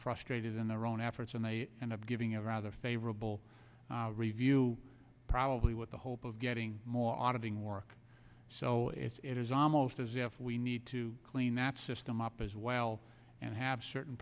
frustrated in their own efforts and they end up giving a rather favorable review probably with the hope of getting more auditing work so it is almost as if we need to clean that system up as well and have certain